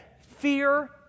fear